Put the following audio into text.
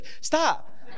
Stop